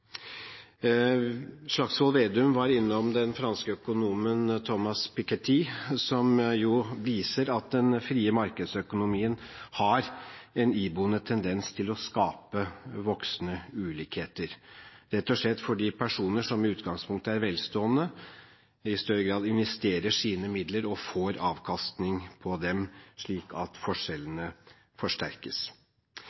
Slagsvold Vedum var innom den franske økonomen Thomas Piketty som viser at den frie markedsøkonomien har en iboende tendens til å skape voksende ulikheter – rett og slett fordi personer som i utgangspunktet er velstående i større grad, investerer sine midler og får avkastning på dem, slik at